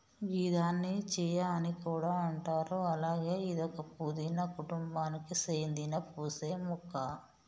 గిదాన్ని చియా అని కూడా అంటారు అలాగే ఇదొక పూదీన కుటుంబానికి సేందిన పూసే మొక్క